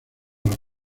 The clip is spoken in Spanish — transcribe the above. los